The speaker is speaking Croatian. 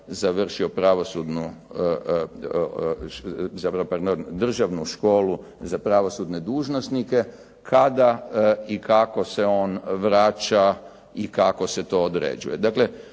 za suca završio Državnu školu za pravosudne dužnosnike, kada i kako se on vraća i kako se to određuje.